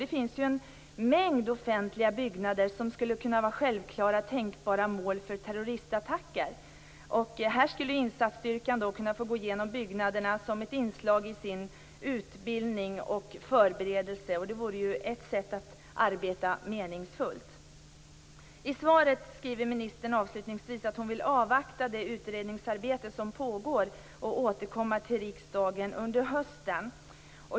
Det finns ju en mängd offentliga byggnader som skulle kunna vara självklara eller tänkbara mål för terroristattacker. Insatsstyrkan skulle kunna få gå igenom dessa byggnader som ett inslag och en förberedelse i sin utbildning. Det vore ett sätt att arbeta meningsfullt. I svaret skriver ministern avslutningsvis att hon vill avvakta det utredningsarbete som pågår och återkomma till riksdagen under hösten.